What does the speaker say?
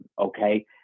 okay